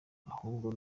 ahubwo